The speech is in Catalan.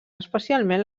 especialment